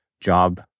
job